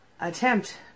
attempt